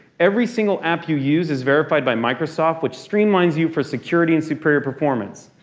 every single app you use is verified by microsoft, which streamlines you for security and superior performance.